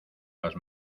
las